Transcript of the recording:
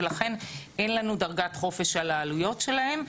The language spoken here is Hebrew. ולכן אין לנו דרגת חופש על העלויות שלהם.